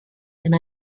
and